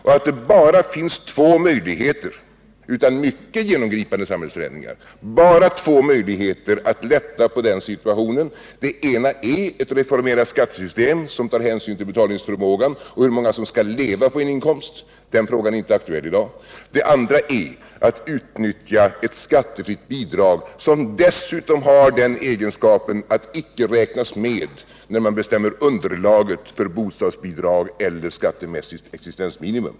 Det finns bara två möjligheter — utom mycket genomgripande samhällsförändringar — att lätta på den situationen. Den ena är ett reformerat skattesystem som tar hänsyn till betalningsförmågan och hur många som skall leva på en inkomst — den frågan är inte aktuell i dag. Den andra är att utnyttja ett skattefritt bidrag, som dessutom har den egenskapen att det icke räknas med när man beräknar underlaget för bostadsbidrag och existensminimum.